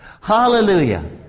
Hallelujah